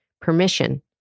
permission